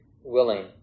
willing